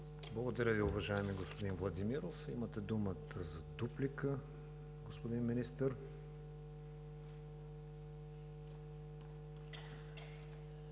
Благодаря Ви, уважаеми господин Владимиров. Имате думата за дуплика, господин Министър.